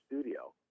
studio